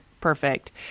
perfect